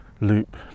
loop